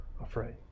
afraid